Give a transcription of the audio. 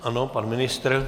Ano, pan ministr?